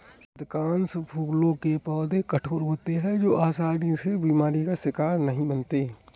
अधिकांश फूलों के पौधे कठोर होते हैं जो आसानी से बीमारी का शिकार नहीं बनते